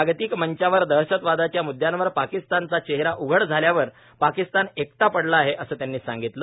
जागतिक मंचावर दहशतवादाच्या मुद्द्यावर पाकिस्तानचा चेहरा उघड झाल्यावर पाकिस्तान एकटा पडला आहेए असं त्यांनी सांगितलं